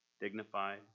dignified